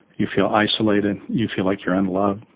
you feel isolated, you feel like you're unloved,